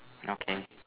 okay